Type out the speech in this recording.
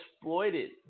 exploited